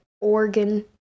organ